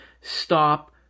stop